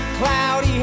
cloudy